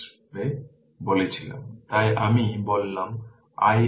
সুতরাং মোট হবে 242 8 Ω এর সাথে 5 সমান্তরাল